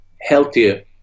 healthier